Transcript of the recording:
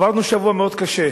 עברנו שבוע מאוד קשה.